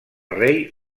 rei